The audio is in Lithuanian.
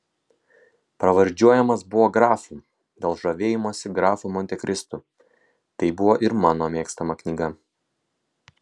pravardžiuojamas buvo grafu dėl žavėjimosi grafu montekristu tai buvo ir mano mėgstama knyga